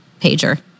pager